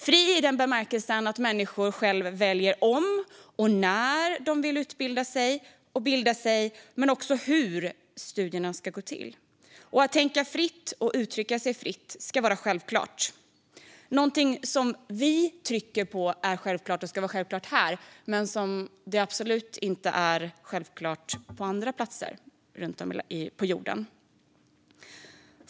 Den ska vara fri i bemärkelsen att människor själva väljer om och när de vill utbilda och bilda sig men också hur studierna ska gå till. Att tänka fritt och uttrycka sig fritt är något som ska vara självklart. Något som vi trycker på är och ska vara självklart här är absolut inte självklart på andra platser runt om på jorden.